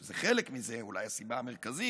שזה חלק מזה, ואולי הסיבה המרכזית,